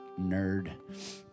Nerd